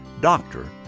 Doctor